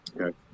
Okay